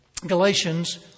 Galatians